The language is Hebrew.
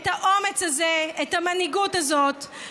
את האומץ הזה, את המנהיגות הזאת.